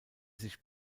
sich